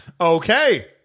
Okay